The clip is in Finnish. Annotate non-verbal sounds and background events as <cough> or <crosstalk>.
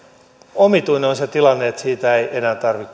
omituinen on se tilanne että siitä ei enää tarvitse <unintelligible>